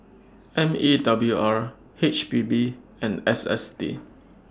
M E W R H P B and S S T